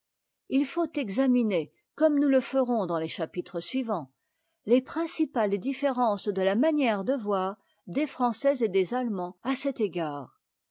il faut examiner comme nous le ferons dans les chapitres suivants les principales différences de la manière de voir des français et des allemands à cet égard